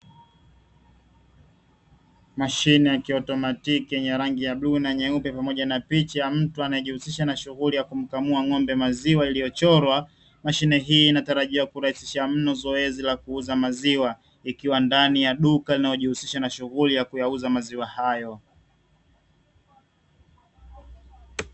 Mashine ya kiotomatiki yenye rangi ya bluu na nyeupe pamoja na picha ya mtu anayejihusisha na shughuli ya kumkamua ng’ombe maziwa iliyochorwa. Mashine hii inatarajia kurahisishia mno zoezi la kuuza maziwa, ikiwa ndani ya duka linaojihusisha na shughuli ya kuuza maziwa hayo.